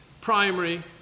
primary